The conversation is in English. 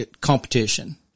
competition